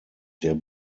der